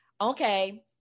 okay